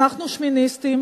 אנחנו שמיניסטים.